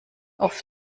oft